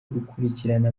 gukurikirana